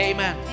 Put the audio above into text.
Amen